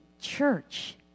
church